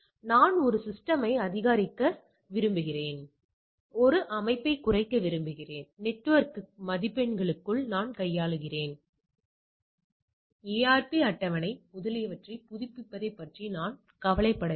எனவே நான் ஒரு சிஸ்டம் யை அதிகரிக்க விரும்புகிறேன் ஒரு அமைப்பைக் குறைக்க விரும்புகிறேன் நெட்வொர்க் மதிப்பெண்களுக்குள் நான் கையாளுகிறேன் ARP அட்டவணை முதலியவற்றைப் புதுப்பிப்பதைப் பற்றி நான் கவலைப்படவில்லை